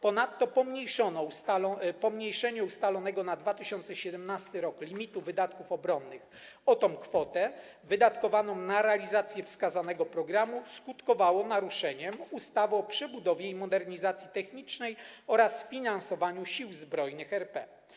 Ponadto pomniejszenie ustalonego na 2017 r. limitu wydatków obronnych o kwotę wydatkowaną na realizację wskazanego programu skutkowało naruszeniem ustawy o przebudowie i modernizacji technicznej oraz finansowaniu Sił Zbrojnych RP.